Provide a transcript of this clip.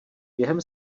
během